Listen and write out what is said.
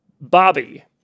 Bobby